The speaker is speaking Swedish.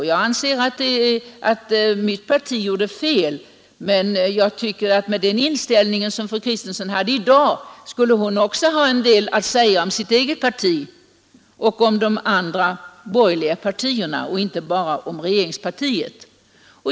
Jag anser att mitt parti gjorde fel. Men med den inställning som fru Kristensson har i dag tycker jag att hon också borde ha haft en del att säga om sitt eget parti och om de andra borgerliga partierna och inte bara om regeringspartiet.